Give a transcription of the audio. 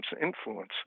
influence